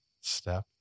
step